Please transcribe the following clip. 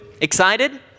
excited